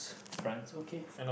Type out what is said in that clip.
France okay